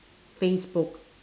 facebook